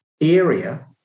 area